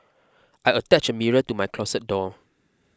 I attached a mirror to my closet door